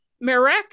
Marek